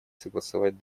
согласовать